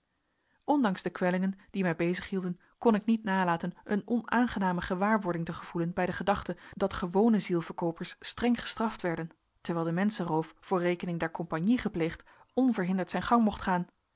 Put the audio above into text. ondanks de kwellingen die mij bezig hielden kon ik niet nalaten een onaangename gewaarwording te gevoelen bij de gedachte dat gewone zielverkoopers streng gestraft werden terwijl de menschenroof voor rekening der compagnie gepleegd onverhinderd zijn gang mocht gaan